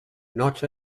not